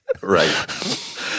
Right